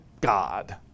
God